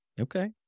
Okay